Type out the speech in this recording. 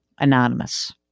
anonymous